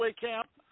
Camp